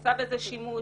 נעשה בזה שימוש,